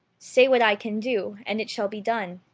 say what i can do, and it shall be done,